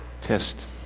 test